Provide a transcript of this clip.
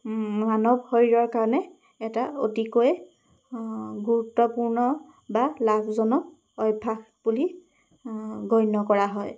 মানৱ শৰীৰৰ কাৰণে এটা অতিকৈ গুৰুত্বপূৰ্ণ বা লাভজনক অভ্যাস বুলি গণ্য কৰা হয়